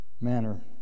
manner